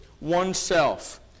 oneself